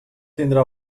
tindrà